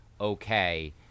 okay